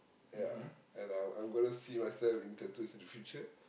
ya and I'll I'm going to see myself in tattoos in the future